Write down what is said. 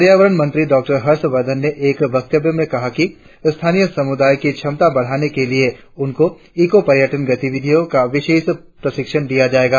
पर्यावरण मंत्री डाँक्टर हर्षवर्धन ने एक वक्तव्य में कहा कि स्थानीय समुदायों की क्षमता बढ़ाने के लिए उन्हें इको पर्यटन गतिविधियो का विशेष प्रशिक्षण दिया जाएगा